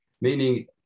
meaning